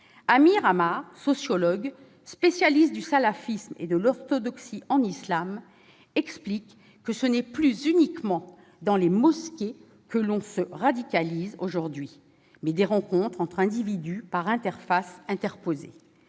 Amir Amghar, sociologue spécialiste du salafisme et de l'orthodoxie en islam, explique ainsi que ce n'est plus uniquement dans les mosquées que l'on se radicalise aujourd'hui, mais par des rencontres entre individus par interfaces interposées.